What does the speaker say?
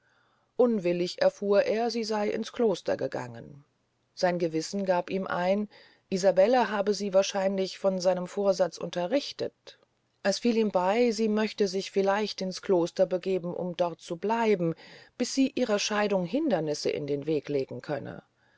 unwillig erfuhr er sie sey ins kloster gegangen sein gewissen gab ihm ein isabelle habe sie wahrscheinlich von seinem vorsatz unterrichtet es fiel ihm bey sie möchte sich vielleicht ins kloster begeben um dort zu bleiben bis sie ihrer scheidung hindernisse in den weg legen könne